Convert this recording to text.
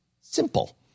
simple